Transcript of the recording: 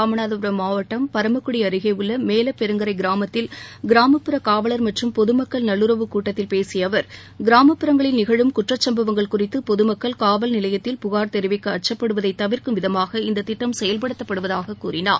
ராமநாதபுரம் மாவட்டம் பரமக்குடி அருகே உள்ள மேலப்பெருங்கரை கிராமத்தில் கிராமப்புற காவலர் மற்றும் பொது மக்கள் நல்லுறவுக் கூட்டத்தில் பேசிய அவர் கிராமப்புறங்களில் நிகழும் குற்றச்சம்பவங்கள் குறித்து பொது மக்கள் காவல்நிலையத்தில் புகார் தெரிவிக்க அச்சப்படுவதை தவிர்க்கும் விதமாக இந்தத் திட்டம் செயல்படுத்தப்படுவதாகக் கூறினார்